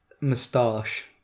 Moustache